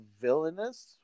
villainous